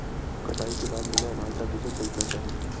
कटाई के बाद मिले अनाज ला कइसे संइतना चाही?